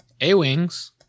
A-Wings